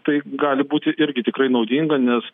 tai gali būti irgi tikrai naudinga nes